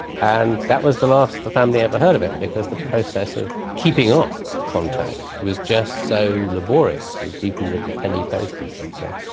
and that was the last the family ever heard of him, because the process of keeping up contact was just so laborious, even with the penny post, as they say.